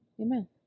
amen